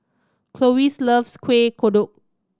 Clovis loves Kueh Kodok